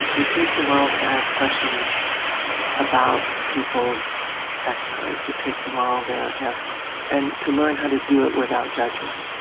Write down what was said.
and it takes a while to ask questions about people's sex lives. it takes a while to ask, and to learn how to do it without judgment,